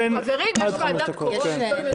חברים, יש ועדת קורונה, יש דברים יותר חשובים.